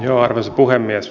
arvoisa puhemies